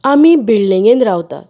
आमी बिल्डींगेंत रावतात